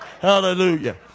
hallelujah